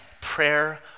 prayer